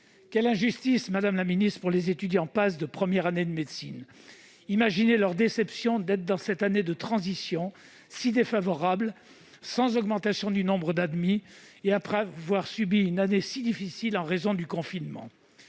Quelle injustice pour les étudiants de première année de PASS ! Imaginez leur déception d'être dans cette année de transition si défavorable, sans augmentation du nombre d'admis, après avoir subi une année si difficile en raison du confinement.